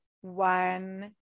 one